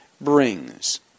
brings